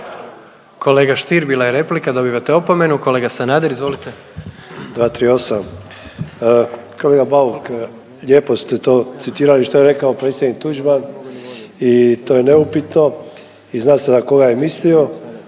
Kolega Stier bila je replika, dobivate opomenu. Kolega Sanader, izvolite.